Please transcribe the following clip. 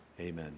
Amen